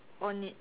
on it